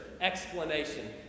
explanation